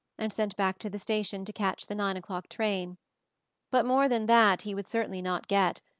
and sent back to the station to catch the nine o'clock train but more than that he would certainly not get,